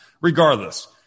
Regardless